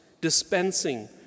dispensing